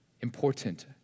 important